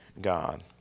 God